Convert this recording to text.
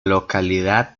localidad